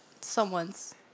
someone's